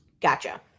gotcha